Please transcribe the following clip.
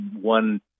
one